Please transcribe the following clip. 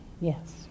Yes